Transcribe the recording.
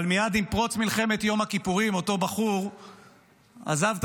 אבל מייד עם פרוץ מלחמת יום הכיפורים אותו בחור עזב את